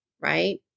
right